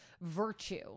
virtue